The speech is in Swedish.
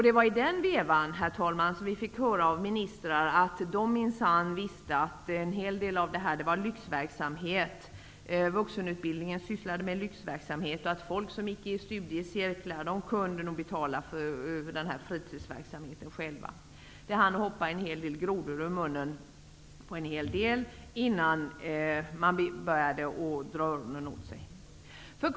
Det var då som vi fick höra av ministrar att de minsann visste att det var lyxverksamhet som vuxenutbildningen sysslade med och att folk som gick i studiecirklar nog kunde betala själva för denna fritidsverksamhet. Det hoppade en del grodor ur munnen på många innan man började dra öronen åt sig.